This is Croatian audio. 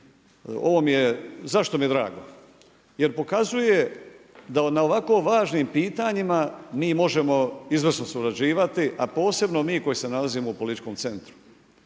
troškove. Zašto mi je drago? Jer pokazuje da na ovako važnim pitanjima mi možemo izvrsno surađivati a posebno mi koji se nalazimo u političkom centru.